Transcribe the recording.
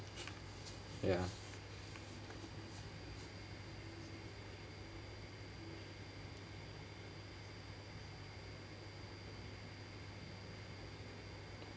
ya